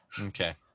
Okay